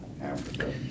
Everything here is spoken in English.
Africa